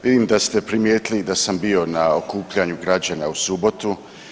Vidim da ste primijetili da sam bio na okupljanju građana u subotu.